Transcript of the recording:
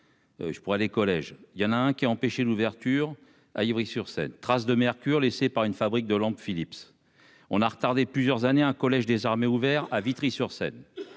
je pourrais les collèges il y en a un qui a empêché l'ouverture à Ivry-sur-Seine, traces de mercure laissées par une fabrique de lampes Philips on a retardé plusieurs années un collège désarmer ouvert à Vitry sur Seine,